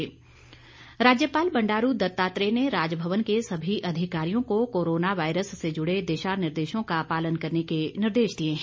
राज्यपाल राज्यपाल बंडारू दत्तात्रेय ने राजभवन के सभी अधिकारियों को कोरोना वायरस से जुड़े दिशा निर्देशों का पालन करने के निर्देश दिए हैं